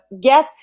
get